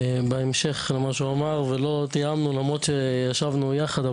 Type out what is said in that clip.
בהמשך למה שהוא אמר ולא תיאמנו למרות שישבנו יחד,